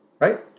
Right